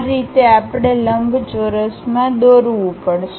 આ રીતે આપણે આ લંબચોરસમાં દોરવું પડશે